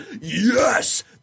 yes